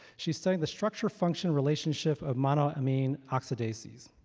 she's studying the structure, function, relationship of monoamine i mean oxidases,